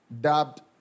dubbed